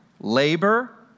labor